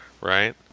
Right